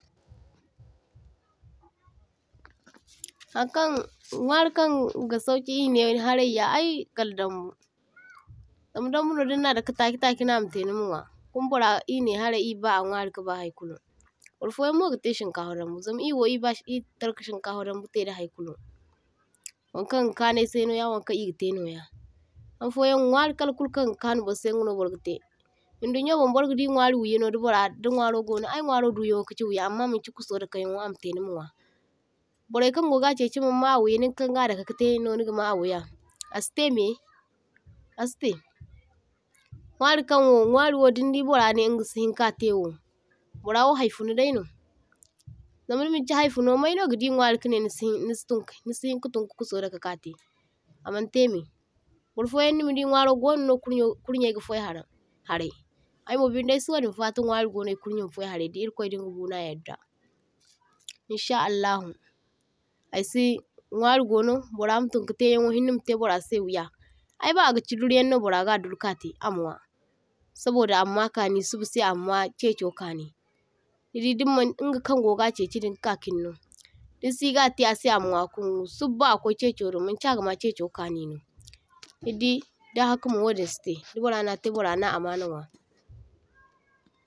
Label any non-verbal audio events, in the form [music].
[noise] toh – toh Haŋ kaŋ nwari kaŋ ga sauki I ne harai ya ai kal dambu, zam dambu no diŋ na dake take take nama te nima nwa, kuma bara i ne harai I ba a nwari kaba hai kulu, bar foyaŋ mo gate shinkafa dambu zam I wo I ba i tar ka shinkafa dambu ke da hai kulu, wankan ka kanu ai se no ya kan iga te noya, han foyaŋ nwari kala kul kaŋ ga kanu bar se inga no bar ga te. Idunyo mo bar ga di nwari wiya no da bara da nwaro gono, ai nwaro duruyanwo kachi wiya amma manchi kuso dakeyaŋ wo ama te nima nwa. Barai kaŋ goga chechi mam ma a wiya nin kan ka dake no niga ma a wiya, asi te me, asi te. Nwari kaŋ wo nwari wo dindi bara ne inga si hiŋ ka tewo bara wo hai funo dai no, zam da manchi hai funo mai no ga di nwari kane asi hiŋ nisi tunkai nisi hiŋ ka tun ka kuso dake ka te, aman te me. Bar foyaŋ nima di nwaro gono no kur nyo kur nyai ga fai haraŋ harai, aiwo binde ai si wadiŋ fata nwari gono ai kurnyo ma fai harai da irkwai dinga guna harda, in sha Allahu, ai si nwari gono bara ma tunka te yaŋ wo hiŋ ne mate bara se wuya, ai ba aga chi dur yaŋ no bara ga duru ka te ama nwa saboda ama ma kani suba se ama ma checho ka ni, nidi dim ma inga kan goga chechi ka kiŋ no, din si ga ta sa ama nwa ka kungu sub aba a kwai checho do manchi aga ma che cho kani no, nidi daŋ haka wadiŋ si te, da bara na te bara na amana nwa.